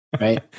right